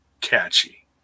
catchy